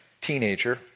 teenager